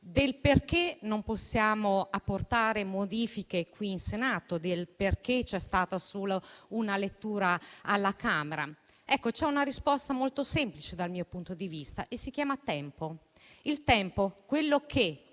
del perché non possiamo apportare modifiche al provvedimento e del perché c'è stata una sola lettura alla Camera. Ecco, c'è una risposta molto semplice dal mio punto di vista e si chiama tempo, quello che,